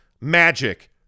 Magic